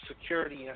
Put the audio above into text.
security